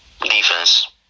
Defense